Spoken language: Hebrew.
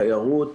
תיירות,